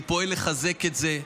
אני פועל לחזק את זה.